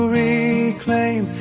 reclaim